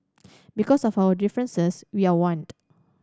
because of our differences we are want